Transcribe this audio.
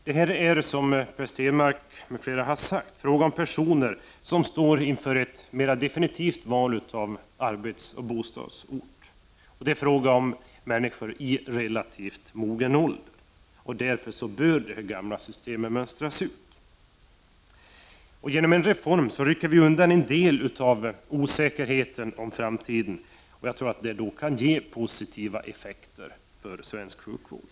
Det är, som Per Stenmarck m.fl. har sagt, här fråga om personer som står inför ett mera definitivt val av arbetsoch bostadsort och som är i relativt mogen ålder. Därför bör det gamla systemet mönstras ut. Genom en reform rycker vi undan en del av osäkerheten om framtiden, vilket kan ge positiva effekter för svensk sjukvård.